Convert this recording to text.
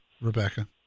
Rebecca